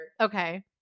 Okay